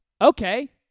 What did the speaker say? okay